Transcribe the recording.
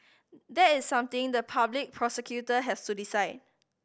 that is something the public prosecutor has to decide